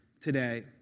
today